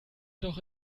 doch